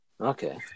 Okay